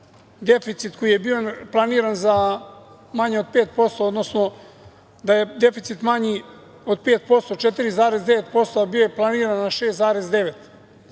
deficit koji je bio planiran, odnosno da je deficit manji od 5%, 4,9%, a bio je planiran na 6,9%.